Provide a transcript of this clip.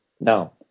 No